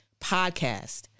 podcast